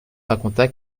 raconta